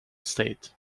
state